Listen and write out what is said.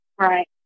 Right